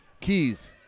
Keys